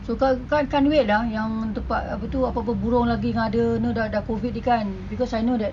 so can't can't wait ah yang tempat apa tu apa burung lagi yang ada ni dah dah dah COVID ni kan because I know that